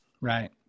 Right